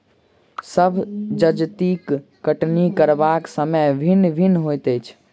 सभ जजतिक कटनी करबाक समय भिन्न भिन्न होइत अछि